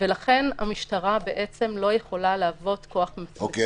ולכן המשטרה בעצם לא יכולה להוות כוח --- אוקיי,